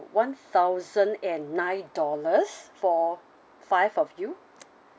one thousand and nine dollars for five of you